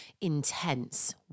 intense